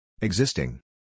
Existing